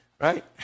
right